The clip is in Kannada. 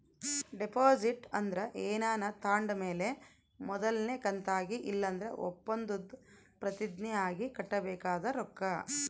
ಡೆಪಾಸಿಟ್ ಅಂದ್ರ ಏನಾನ ತಾಂಡ್ ಮೇಲೆ ಮೊದಲ್ನೇ ಕಂತಾಗಿ ಇಲ್ಲಂದ್ರ ಒಪ್ಪಂದುದ್ ಪ್ರತಿಜ್ಞೆ ಆಗಿ ಕಟ್ಟಬೇಕಾದ ರೊಕ್ಕ